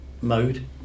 mode